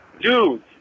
Dude